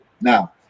Now